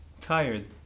Tired